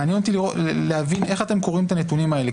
מעניין אותי להבין איך אתם קוראים את הנתונים האלה,